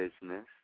Business